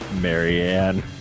Marianne